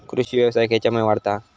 कृषीव्यवसाय खेच्यामुळे वाढता हा?